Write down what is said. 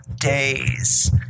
days